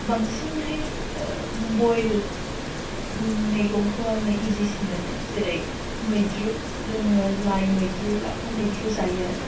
बांसिनहाय बयेल मैगंखौ आङो इजिसिन मोनो जेरै मैद्रु जोङो लाइ मैद्रु लाफा मैद्रु जायो